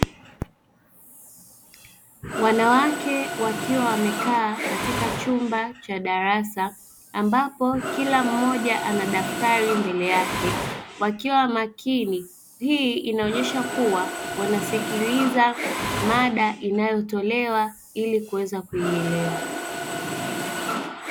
Wanawake wakiwa wamekaa katika chumba cha darasa, ambapo kila mmoja ana daftari mbele yake, wakiwa makini. Hii inaonyesha kuwa wanasikiliza mada inayotolewa ili kuweza kuielewa.